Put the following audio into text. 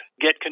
get